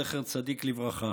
זכר צדיק לברכה.